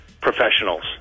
professionals